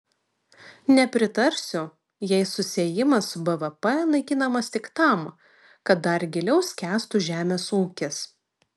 nepritarsiu jei susiejimas su bvp naikinamas tik tam kad dar giliau skęstų žemės ūkis